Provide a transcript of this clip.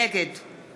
נגד